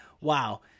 wow